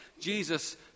Jesus